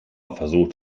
versucht